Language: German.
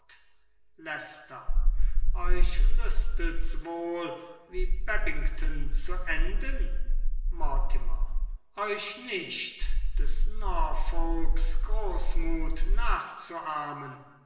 euch lüstet's wohl wie babington zu enden mortimer euch nicht des norfolks großmut nachzuahmen